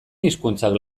hizkuntzak